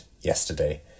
yesterday